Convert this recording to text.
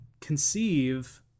conceive